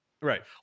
Right